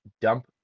dump